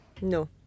No